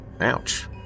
Ouch